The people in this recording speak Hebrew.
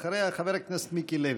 אחריה, חבר הכנסת מיקי לוי.